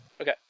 Okay